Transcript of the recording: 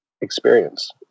experience